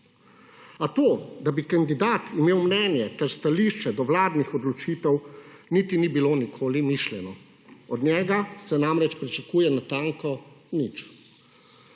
A to, da bi kandidat imel mnenje ter stališče do vladnih odločitev, niti ni bilo nikoli mišljeno. Od njega se namreč pričakuje natanko nič.